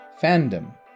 fandom